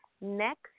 Next